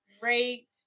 Great